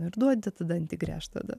ir duodi tą dantį gręžt tada